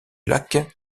lac